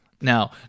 Now